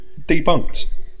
debunked